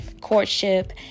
courtship